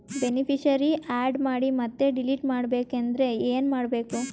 Beneficiary, add ಮಾಡಿ ಮತ್ತೆ delete ಮಾಡಬೇಕೆಂದರೆ ಏನ್ ಮಾಡಬೇಕು?